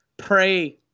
pray